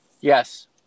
Yes